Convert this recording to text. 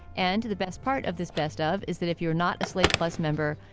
and to the best part of this, best ah of. is that if you're not a slate plus member,